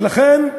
ולכן,